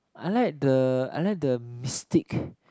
I like the I like the mistake